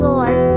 Lord